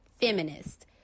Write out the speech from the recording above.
Feminist